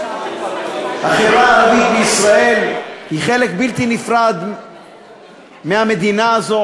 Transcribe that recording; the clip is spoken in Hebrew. החברה הערבית בישראל היא חלק בלתי נפרד מהמדינה הזאת,